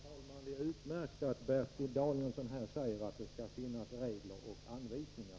Herr talman! Det är utmärkt att Bertil Danielsson här säger att det skall finnas regler och anvisningar.